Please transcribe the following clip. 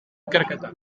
ikerketa